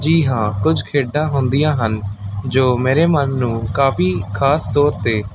ਜੀ ਹਾਂ ਕੁਝ ਖੇਡਾਂ ਹੁੰਦੀਆਂ ਹਨ ਜੋ ਮੇਰੇ ਮਨ ਨੂੰ ਕਾਫੀ ਖਾਸ ਤੌਰ 'ਤੇ